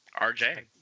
RJ